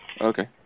Okay